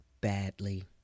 badly